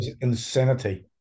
insanity